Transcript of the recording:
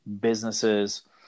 businesses